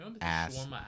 ass